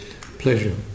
pleasure